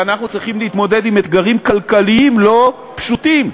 ואנחנו צריכים להתמודד עם אתגרים כלכליים לא פשוטים,